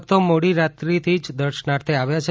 ભક્તો મોડી રાત્રિથી જ દર્શનાર્થે આવ્યા છે